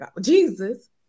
Jesus